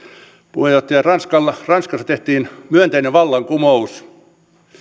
puheenjohtaja ranskassa tehtiin myönteinen vallankumous